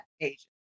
agents